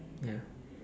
ya